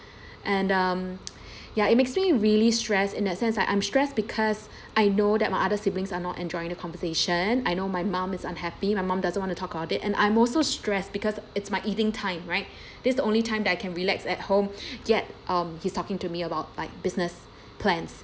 and um ya it makes me really stressed in that sense I I'm stressed because I know that my other siblings are not enjoying the conversation I know my mom is unhappy my mom doesn't wanna talk about it and I'm also stressed because it's my eating time right this is the only time that I can relax at home yet um he's talking to me about like business plans